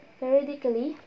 periodically